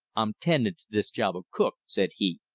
i'm tending to this job of cook, said he,